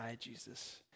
Jesus